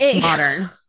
modern